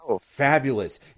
fabulous